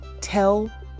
tell